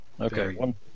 Okay